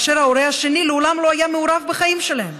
וההורה השני מעולם לא היה מעורב בחיים שלהם,